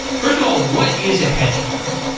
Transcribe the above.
first of all, what is a hedge fund?